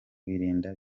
kwirinda